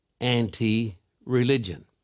anti-religion